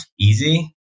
easy